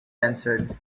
answered